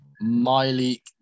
Miley